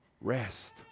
rest